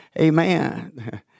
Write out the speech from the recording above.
Amen